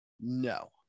No